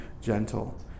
gentle